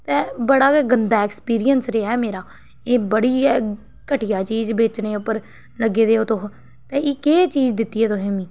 ते बड़ा गै गंदा ऐक्सपीरियंस रेहा एह् मेरा एह् बड़ी गै घटिया चीज बेचने उप्पर लग्गे दे ओ तुस ते एह् केह् चीज दित्ती तोहें मिगी